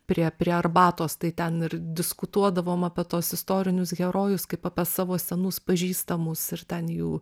prie prie arbatos tai ten ir diskutuodavom apie tuos istorinius herojus kaip apie savo senus pažįstamus ir ten jų